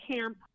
camp